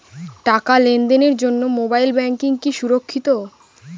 টাকা লেনদেনের জন্য মোবাইল ব্যাঙ্কিং কি সুরক্ষিত?